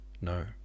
No